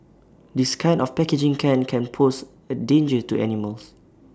this kind of packaging can can pose A danger to animals